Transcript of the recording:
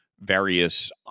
various